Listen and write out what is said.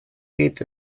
geht